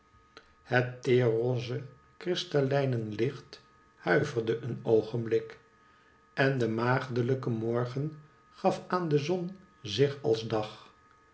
het teerroze kristallijnen licht huiverde een oogenblik en de maagdelijke morgen gaf aan de zon zich als dag